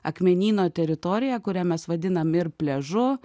akmenyno teritoriją kurią mes vadinam ir pliažu